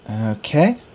Okay